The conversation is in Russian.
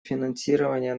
финансирования